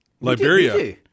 Liberia